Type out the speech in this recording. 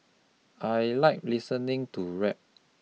I like listening to rap